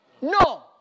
No